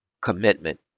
commitment